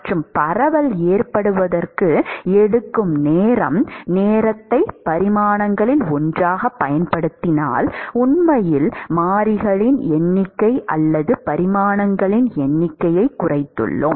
மற்றும் பரவல் ஏற்படுவதற்கு எடுக்கும் நேரம் நீங்கள் நேரத்தை பரிமாணங்களில் ஒன்றாகப் பயன்படுத்தினால் உண்மையில் மாறிகளின் எண்ணிக்கை அல்லது பரிமாணங்களின் எண்ணிக்கையைக் குறைத்துள்ளோம்